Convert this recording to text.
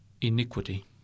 iniquity